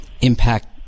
impact